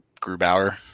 Grubauer